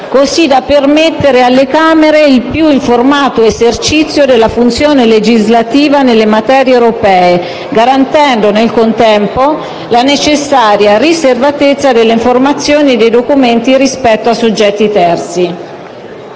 così da permettere alle Camere il più informato esercizio della funzione legislativa nelle materie europee, garantendo nel contempo la necessaria riservatezza delle informazioni e dei documenti rispetto a soggetti terzi».